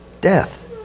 death